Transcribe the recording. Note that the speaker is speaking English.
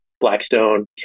Blackstone